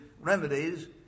remedies